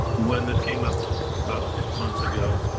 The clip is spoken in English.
when this came up about six months ago,